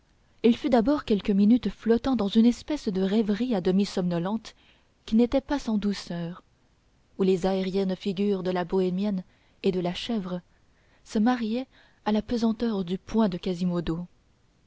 il fut d'abord quelques minutes flottant dans une espèce de rêverie à demi somnolente qui n'était pas sans douceur où les aériennes figures de la bohémienne et de la chèvre se mariaient à la pesanteur du poing de quasimodo